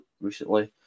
recently